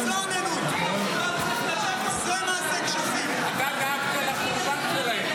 נכון, כי אנחנו דואגים לביטחון שלהם.